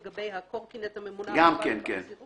היינו פה חלק מכל הדיונים אבל זה בהכרח יוצר